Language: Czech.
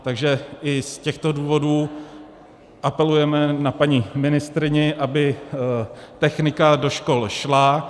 Takže i z těchto důvodů apelujeme na paní ministryni, aby technika do škol šla.